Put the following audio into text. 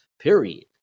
period